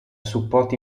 supporti